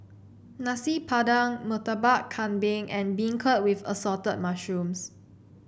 Nasi Padang Murtabak Kambing and beancurd with Assorted Mushrooms